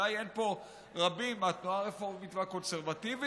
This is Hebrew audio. אולי אין פה רבים מהתנועה הרפורמית והקונסרבטיבית,